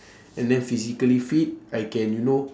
and then physically fit I can you know